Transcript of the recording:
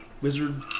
wizard